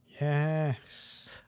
Yes